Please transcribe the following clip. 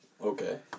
Okay